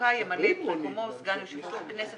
חנוכה ימלא את מקומו סגן יושב-ראש הכנסת,